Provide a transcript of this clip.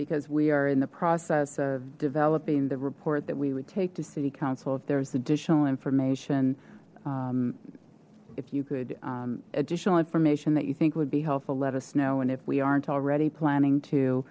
because we are in the process of developing the report that we would take to city council if there's additional information if you could additional information that you think would be helpful let us know and if we aren't already planning to